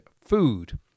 food